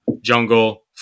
jungle